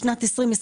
בשנת 2021,